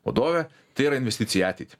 vadove tai yra investicija į ateitį